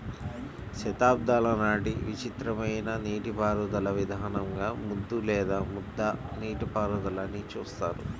శతాబ్దాల నాటి విచిత్రమైన నీటిపారుదల విధానంగా ముద్దు లేదా ముద్ద నీటిపారుదలని చూస్తారు